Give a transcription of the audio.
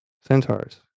centaurs